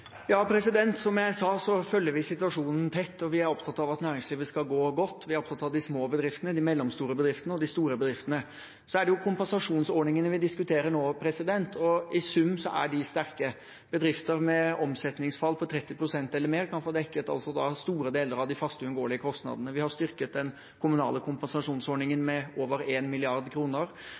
Som jeg sa, følger vi situasjonen tett, og vi er opptatt av at næringslivet skal gå godt. Vi er opptatt av de små bedriftene, de mellomstore bedriftene og de store bedriftene. Så er det kompensasjonsordningene vi diskuterer nå, og i sum er de sterke. Bedrifter med omsetningsfall på 30 pst. eller mer, kan få dekket store deler av de faste, uunngåelige kostnadene. Vi har styrket den kommunale kompensasjonsordningen med over